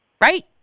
Right